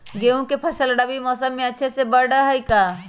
गेंहू के फ़सल रबी मौसम में अच्छे से बढ़ हई का?